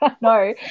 No